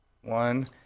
one